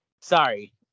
sorry